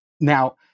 Now